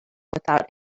without